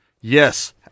Yes